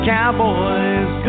Cowboys